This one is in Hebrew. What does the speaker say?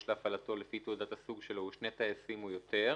להפעלתו לפי תעודת הסוג שלו הוא שני טייסים או יותר,